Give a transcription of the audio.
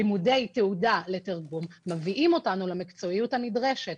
לימודי תעודה לתרגום מביאים אותנו למקצועיות הנדרשת.